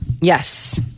Yes